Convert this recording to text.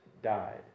died